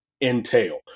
entail